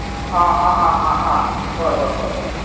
ꯑꯥ ꯑꯥ ꯑꯥ ꯑꯥ ꯑꯥ ꯍꯣꯏ ꯍꯣꯏ ꯍꯣꯏ ꯍꯣꯏ